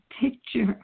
picture